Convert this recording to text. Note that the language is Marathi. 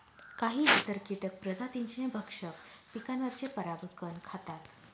काही इतर कीटक प्रजातींचे भक्षक पिकांवरचे परागकण खातात